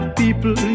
people